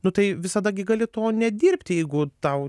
nu tai visada gi gali to nedirbti jeigu tau